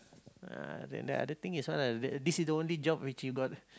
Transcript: uh then the other thing is what ah this is the only job which you got